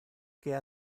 que